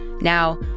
Now